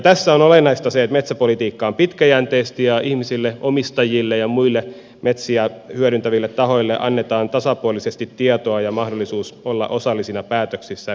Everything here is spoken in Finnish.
tässä on olennaista se että metsäpolitiikka on pitkäjänteistä ja ihmisille omistajille ja muille metsiä hyödyntäville tahoille annetaan tasapuolisesti tietoa ja mahdollisuus olla osallisina päätöksissä